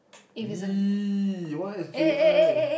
!ee! what is J_I